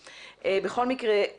בכל מקרה,